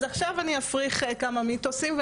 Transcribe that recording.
אז עכשיו אני אפריך כמה מיתוסים,